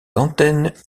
antennes